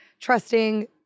trusting